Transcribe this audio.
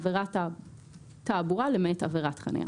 "עבירת תעבורה" למעט עבירת חניה.